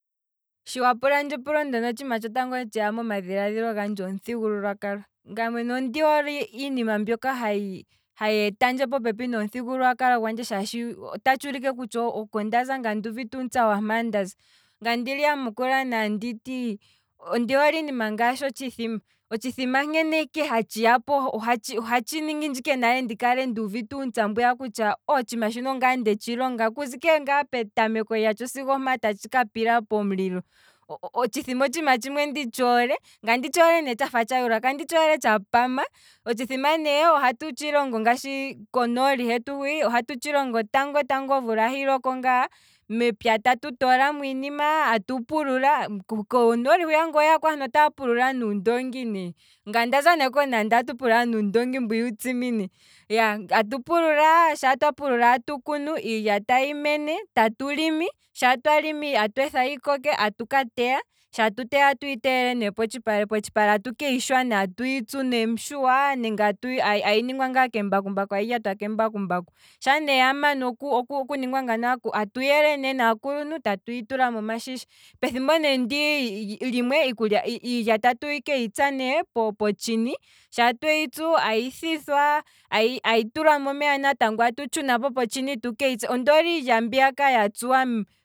Sho wapulandje epulo ndono, otshiima tshotngo tsheya moma dhilaadhilo gandje omuthigululwakalo, ngaye mwene ondi hole iinima mbyoka hayi etandje po pepi nomuthigululwakalo gwandje, shaashi otatshi ulike kutya oko ndaza, ngaye andi ulike uuntsa waampa ndaza, ngaye andi liyamukula ne anditi, ondoole iinima ngaashi otshithima, othsithima nkene ike hatshi yapo, ohatshi ningindje ike nale ndikale nduuvite uuntsa mbyiyaka kutya otshiima shino ongaye ndetshi longa okuza ike okuza ike ngaa petameko lyatsho sigo oompa tatshika pila pomulilo, ngaye onditshi hole tshafa tshayula kandi hole tsha pama, otshithima ne, ohatu tshilongo, ngaashi konooli hetu hwi, ohatu tshilongo tango tango, omvula ayi loko ngaa, mepya atu toolamo iinima, atu pulula, konooli hwiyaka ngele oweyako aantu otaya pulula nuundongi ne, ngaye ondaza ne konaanda atu pulula nuundongi mbwiya uutsimine, atu pulula, shaa twa pulula atu kunu, iilya tayi mene, atweetha yi koke atuka teya, sha tu teya atu teyele ne potshipale, potshipale atu yishupo atuyi shu nem'shuwa nenge ayi ningwa ngaa kembakumbaku, ayi lyatwa kembakumbaku, sha ne yamana okuninga ngano, atu yele nee nakuluntu atuyi tula momashisha, pethimbo ne ndii limwe, iilya atu keyitsa nee potshini, sha tweyi tsu, ayithithwa, ayi tulwa momeya natango, atu tshuna potshini tuke yitse, ondoole iilya mbiya ya